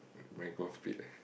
my golf pit eh